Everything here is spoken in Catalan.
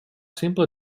simple